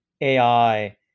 AI